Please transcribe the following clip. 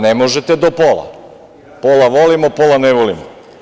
Ne možete do pola, pola volimo, pola ne volimo.